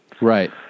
Right